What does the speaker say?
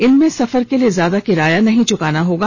इनमें सफर के लिए ज्यादा किराया नहीं चुकाना होगा